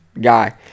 guy